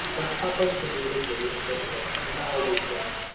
like the stock prices can be manipulated in many ways. it's it's not always just